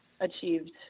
achieved